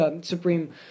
supreme